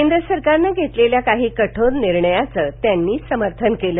केंद्र सरकारनं घेतलेल्या काही कठोर निर्णयांच त्यांनी समर्थन केलं